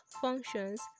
functions